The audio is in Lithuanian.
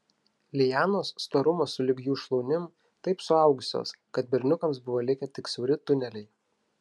lianos storumo sulig jų šlaunim taip suaugusios kad berniukams buvo likę tik siauri tuneliai